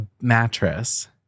mattress